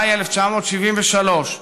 מאי 1973,